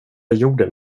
jorden